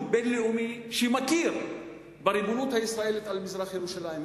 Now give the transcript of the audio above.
בין-לאומי מכיר בריבונות הישראלית על מזרח-ירושלים.